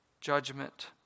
judgment